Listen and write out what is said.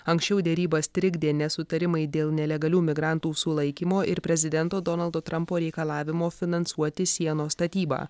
anksčiau derybas trikdė nesutarimai dėl nelegalių migrantų sulaikymo ir prezidento donaldo trampo reikalavimo finansuoti sienos statybą